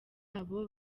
abo